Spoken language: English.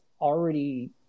already